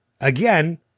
again